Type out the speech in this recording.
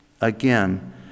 again